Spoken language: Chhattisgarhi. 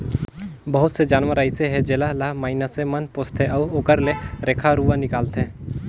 बहुत से जानवर अइसे हे जेला ल माइनसे मन पोसथे अउ ओखर ले रेखा रुवा निकालथे